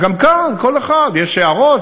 אז גם כאן לכל אחד יש הערות,